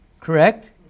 Correct